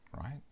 right